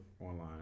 online